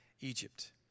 Egypt